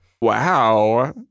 wow